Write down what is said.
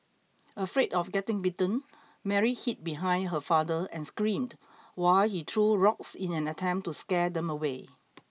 afraid of getting bitten Mary hid behind her father and screamed while he threw rocks in an attempt to scare them away